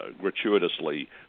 gratuitously